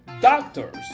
doctors